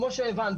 כמו שהבנת,